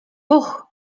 buch